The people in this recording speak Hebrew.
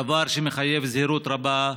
דבר שמחייב זהירות רבה,